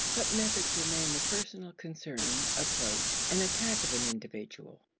but methods remain the personal concern, approach, and attack of an individual,